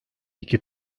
iki